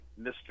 Mr